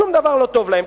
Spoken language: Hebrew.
שום דבר לא טוב להם.